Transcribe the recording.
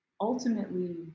ultimately